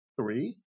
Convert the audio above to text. three